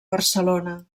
barcelona